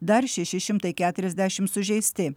dar šeši šimtai keturiasdešim sužeisti